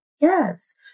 Yes